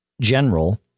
general